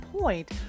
point